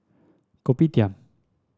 Kopitiam